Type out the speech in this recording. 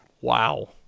Wow